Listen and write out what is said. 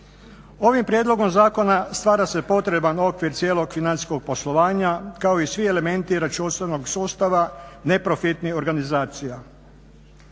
Ovim prijedlogom zakona stvara se potreban okvir cijelog financijskog poslovanja, kao i svi elementi računovodstvenog sustava neprofitnih organizacija.